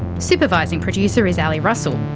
supervising producer is ali russell.